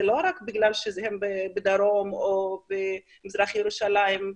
זה לא רק בגלל שהם בדרום או במזרח ירושלים,